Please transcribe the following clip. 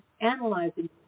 analyzing